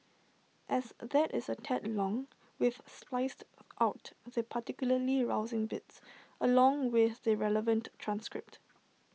as that is A tad long we've spliced of out the particularly rousing bits along with the relevant transcript